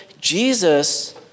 Jesus